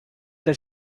that